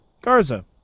Garza